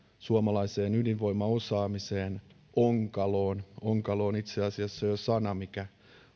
suomalaiseen ydinvoimaosaamiseen onkaloon onkalo on itse asiassa jo sana mikä